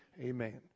Amen